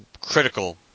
critical